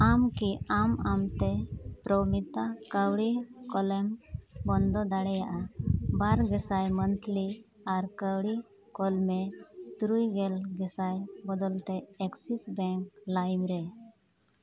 ᱟᱢ ᱠᱤ ᱟᱢ ᱟᱢᱛᱮ ᱯᱨᱚᱢᱤᱛᱟ ᱠᱟᱹᱣᱰᱤ ᱠᱳᱞᱮᱢ ᱵᱚᱱᱫᱚ ᱫᱟᱲᱮᱭᱟᱜᱼᱟ ᱵᱟᱨ ᱜᱮᱥᱟᱭ ᱢᱟᱱᱛᱷᱞᱤ ᱟᱨ ᱠᱟᱹᱣᱰᱤ ᱠᱳᱞᱢᱮ ᱛᱩᱨᱩᱭᱜᱮᱞ ᱜᱮᱥᱟᱭ ᱵᱚᱫᱚᱞᱛᱮ ᱮᱠᱥᱤᱥ ᱵᱮᱝᱠ ᱞᱟᱭᱤᱢ ᱨᱮ